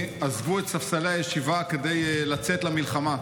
עזבו את ספסלי הישיבה כדי לצאת למלחמה.